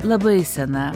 labai sena